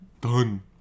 Done